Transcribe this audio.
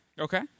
Okay